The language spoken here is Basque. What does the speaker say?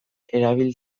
erabil